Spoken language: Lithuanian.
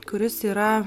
kuris yra